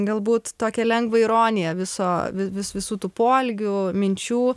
galbūt tokią lengvą ironiją viso vis visų tų poelgių minčių